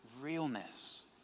realness